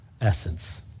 essence